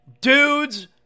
Dudes